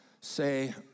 say